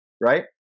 right